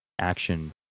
action